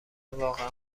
واقعا